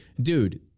dude